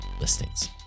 listings